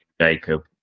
jacob